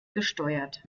gesteuert